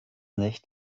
nicht